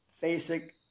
basic